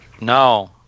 No